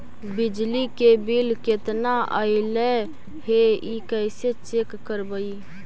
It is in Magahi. बिजली के बिल केतना ऐले हे इ कैसे चेक करबइ?